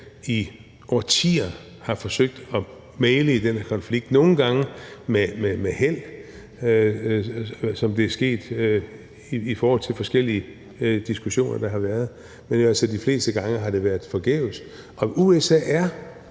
i årtier har forsøgt at mægle i den her konflikt – nogle gange med held, som det er sket i forhold til forskellige diskussioner, der har været, men de fleste gange har det været forgæves. Og USA er